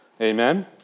Amen